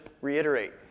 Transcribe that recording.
reiterate